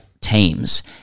teams